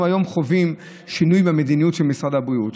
אנחנו היום חווים שינוי במדיניות של משרד הבריאות,